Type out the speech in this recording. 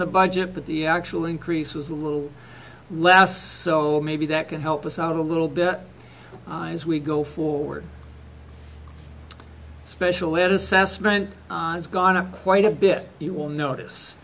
the budget but the actual increase was a little less so maybe that could help us out a little bit as we go forward special ed assessment has gone up quite a bit you will notice